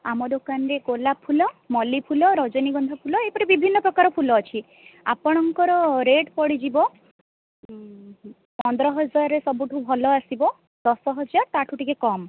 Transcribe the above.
ଆମ ଦୋକାନରେ ଗୋଲାପ ଫୁଲ ମଲ୍ଲୀ ଫୁଲ ରଜନୀଗନ୍ଧା ଫୁଲ ଏହିପରି ବିଭିନ୍ନପ୍ରକାର ଫୁଲ ଅଛି ଆପଣଙ୍କର ରେଟ୍ ପଡ଼ିଯିବ ପନ୍ଦର ହଜାରରେ ସବୁଠୁ ଭଲ ଆସିବ ଦଶ ହଜାର ତାଠୁ ଟିକିଏ କମ୍